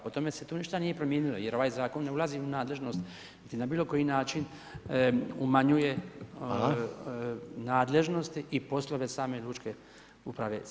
Po tome se tu ništa nije promijenilo jer ovaj zakon ne ulazi u nadležnost na bilo koji način umanjuje nadležnost i poslove same lučke uprave Sisak.